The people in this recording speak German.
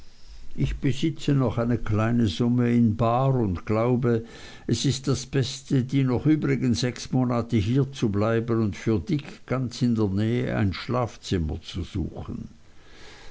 ich besitze noch eine kleine summe in bar und glaube es ist das beste die noch übrigen sechs monate hier zu bleiben und für dick ganz in der nähe ein schlafzimmer zu suchen